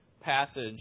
passage